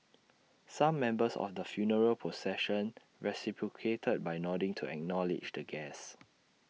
some members of the funeral procession reciprocated by nodding to acknowledge the guests